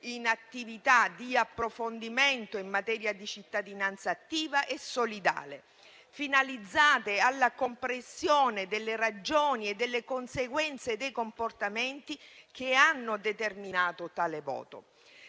in attività di approfondimento in materia di cittadinanza attiva e solidale, finalizzate alla comprensione delle ragioni e delle conseguenze dei comportamenti che hanno determinato tale voto.